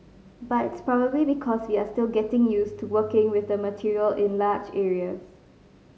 but it's probably because we are still getting used to working with the material in large areas